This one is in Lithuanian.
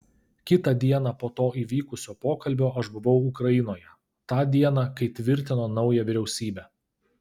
kitą dieną po to įvykusio pokalbio aš buvau ukrainoje tą dieną kai tvirtino naują vyriausybę